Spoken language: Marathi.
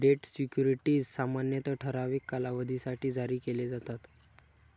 डेट सिक्युरिटीज सामान्यतः ठराविक कालावधीसाठी जारी केले जातात